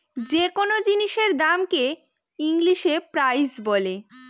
যে কোনো জিনিসের দামকে হ ইংলিশে প্রাইস বলে